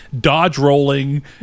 dodge-rolling